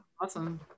awesome